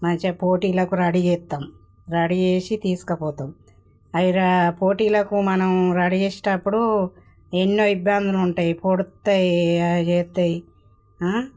మంచిగ పోటీలకు రెడీ జేత్తం రెడీ చేసి తీసుకుపోతాం అవి రా పోటీలకు మనం రెడీ చేసేటప్పుడు ఎన్నో ఇబ్బందులు ఉంటాయి పొడుస్తాయి అవి చేస్తాయి